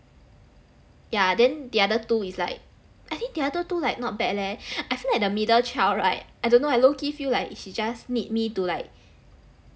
yeah then the other two is like I think the other two like not bad leh I feel like the middle child right I don't know I low key feel like she just need me to like